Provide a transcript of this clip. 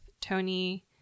tony